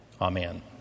amen